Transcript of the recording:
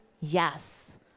yes